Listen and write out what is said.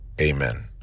Amen